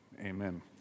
amen